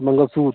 mangalsutra